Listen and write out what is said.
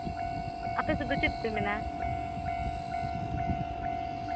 ᱟᱯᱮ ᱥᱮᱫ ᱫᱚ ᱪᱮᱫ ᱯᱮ ᱢᱮᱱᱟ